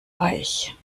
reich